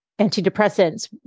antidepressants